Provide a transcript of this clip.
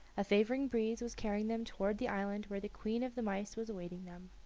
a favoring breeze was carrying them toward the island where the queen of the mice was awaiting them.